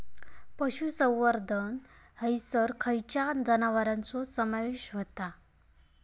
पशुसंवर्धन हैसर खैयच्या जनावरांचो समावेश व्हता?